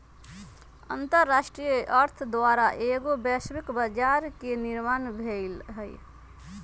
अंतरराष्ट्रीय अर्थ द्वारा एगो वैश्विक बजार के निर्माण भेलइ ह